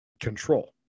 control